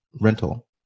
rental